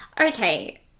Okay